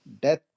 death